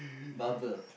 bubble